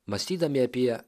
mąstydami apie